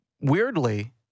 Weirdly